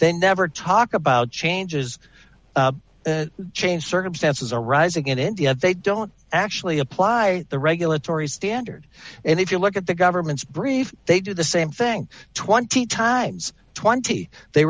they never talk about changes change circumstances arising in india they don't actually apply the regulatory standard and if you look at the government's brief they do the same thing twenty times twenty they